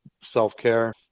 self-care